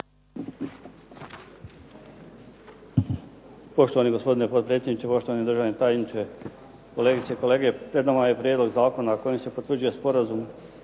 Poštovani gospodine potpredsjedniče, poštovani državni tajniče, kolegice i kolege. Pred nama je prijedlog zakona kojim se potvrđuje Sporazum